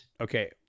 okay